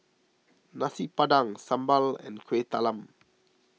Nasi Padang Sambal and Kuih Talam